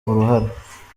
uruhara